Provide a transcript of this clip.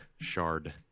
shard